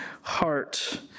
heart